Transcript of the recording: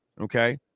okay